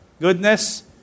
goodness